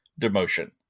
demotion